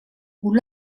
hoe